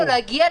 מלא והרמטי,